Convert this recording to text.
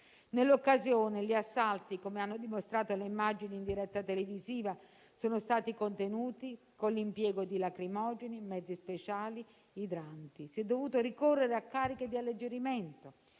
Nell'occasione gli assalti, come hanno mostrato le immagini in diretta televisiva, sono stati contenuti con l'impiego di lacrimogeni, di mezzi speciali, idranti; si è dovuto ricorrere a cariche di alleggerimento